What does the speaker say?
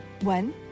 One